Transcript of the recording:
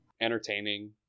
entertaining